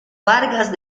vargas